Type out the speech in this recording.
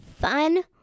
fun